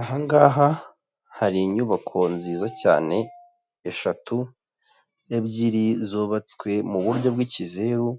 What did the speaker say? Aha ngaha hari inyubako nziza cyane eshatu, ebyiri zubatswe mu buryo bw'ikizeru,